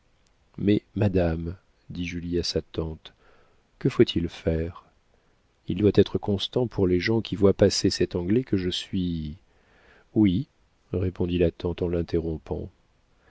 mais madame dit julie à sa tante que faut-il faire il doit être constant pour les gens qui voient passer cet anglais que je suis oui répondit la tante en l'interrompant